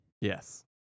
yes